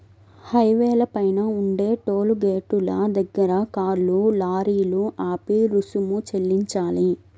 హైవేల పైన ఉండే టోలు గేటుల దగ్గర కార్లు, లారీలు ఆపి రుసుము చెల్లించాలి